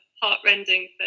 heartrending